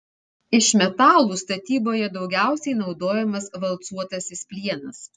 iš metalų statyboje daugiausiai naudojamas valcuotasis plienas